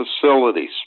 facilities